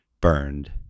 burned